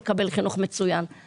יודעים את העובדות האלו או לא?